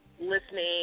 listening